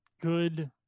good